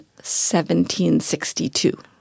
1762